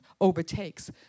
overtakes